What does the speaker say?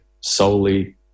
solely